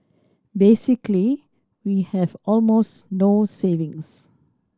basically we have almost no savings